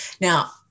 Now